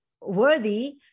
worthy